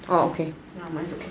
ya mine's okay